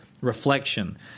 reflection